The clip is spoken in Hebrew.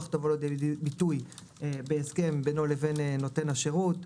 תבוא לידי ביטוי בהסכם בינו לבין נותן השירות.